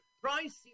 price